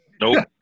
Nope